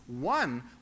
one